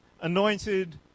anointed